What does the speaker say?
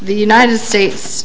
the united states